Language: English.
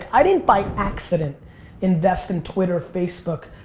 i didn't by accident invest in twitter, facebook,